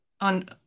on